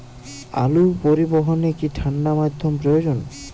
আলু পরিবহনে কি ঠাণ্ডা মাধ্যম প্রয়োজন?